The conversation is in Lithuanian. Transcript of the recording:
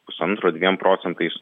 pusantro dviem procentais